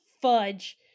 fudge